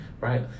Right